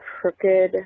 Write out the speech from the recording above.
crooked